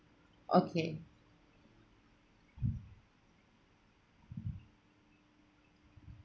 okay